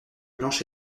blanche